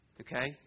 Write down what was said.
Okay